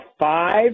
five